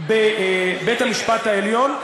בבית המשפט העליון,